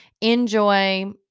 enjoy